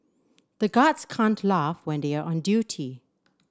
the guards can't laugh when they are on duty